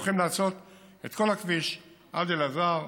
הולכים לעשות את כל הכביש עד אלעזר,